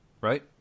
Right